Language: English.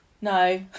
no